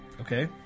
Okay